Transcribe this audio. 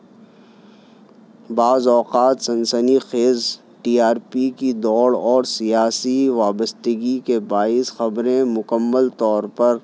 بعض اوقات سنسنی خیز ٹی آر پی کی دوڑ اور سیاسی وابستگی کے باعث خبریں مکمل طور پر